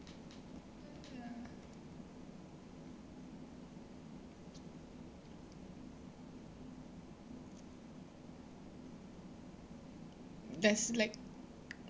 there's like